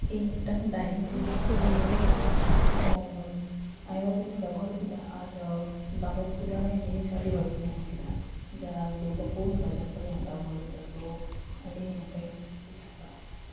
ᱤᱧ ᱢᱤᱫᱴᱟᱝ dining table ᱤᱧ ᱦᱟᱛᱟᱣ ᱠᱟᱫᱟ ᱛᱚ ᱚᱻ ᱟᱭᱢᱟ ᱫᱤᱱᱤᱧ ᱵᱮᱵᱚᱦᱟᱨ ᱠᱮᱫᱟ ᱟᱨ ᱫᱟᱢᱮᱨ ᱛᱩᱞᱚᱱᱟᱭ ᱡᱤᱱᱤᱥ ᱟᱹᱰᱤ ᱵᱷᱟᱹᱜᱤᱧ ᱧᱟᱢ ᱠᱮᱫᱟ ᱡᱟᱦᱟᱸ ᱫᱩᱨᱜᱟᱯᱩᱨ ᱵᱟᱡᱟᱨ ᱠᱷᱚᱱᱤᱧ ᱦᱟᱛᱟᱣ ᱟᱹᱜᱩ ᱞᱮᱫᱟ ᱛᱚ ᱟᱹᱰᱤ ᱱᱟᱯᱟᱭ ᱜᱮ ᱟᱹᱰᱤ ᱥᱟᱨᱦᱟᱣ